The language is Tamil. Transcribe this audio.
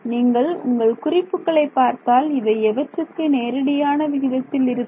நீங்கள் உங்கள் குறிப்புகளை பார்த்தால் இவை எவற்றுக்கு நேரடியாக விகிதத்தில் இருக்கும்